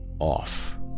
Off